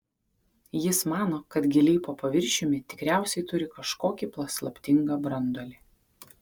jis mano kad giliai po paviršium tikriausiai turi kažkokį paslaptingą branduolį